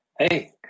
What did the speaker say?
Hey